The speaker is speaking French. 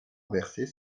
inverser